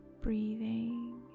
breathing